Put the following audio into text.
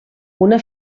una